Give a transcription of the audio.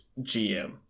GM